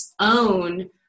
own